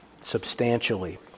substantially